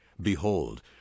Behold